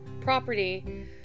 property